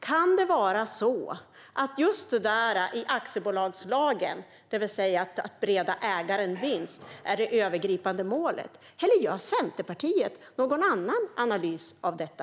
Kan det vara just som i aktiebolagslagen, det vill säga att det övergripande målet är att bereda ägaren vinst? Eller gör Centerpartiet någon annan analys av detta?